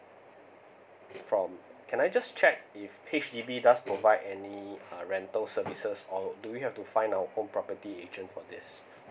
from can I just check if H_D_B does provide any uh rental services or do we have to find our own property agent for this